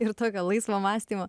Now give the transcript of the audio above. ir tokio laisvo mąstymo